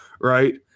right